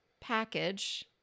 package